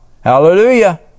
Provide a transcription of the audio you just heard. Hallelujah